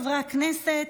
חברי הכנסת,